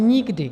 Nikdy.